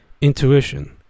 Intuition